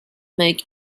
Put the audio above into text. make